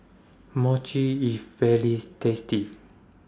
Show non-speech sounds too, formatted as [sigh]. Mochi IS very [unintelligible] tasty